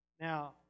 Now